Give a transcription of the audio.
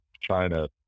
china